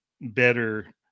better